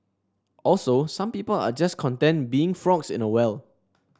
also some people are just content being frogs in a well